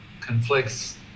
conflicts